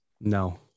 No